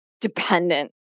dependent